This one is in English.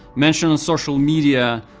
mentions on social media,